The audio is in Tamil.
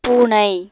பூனை